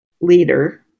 leader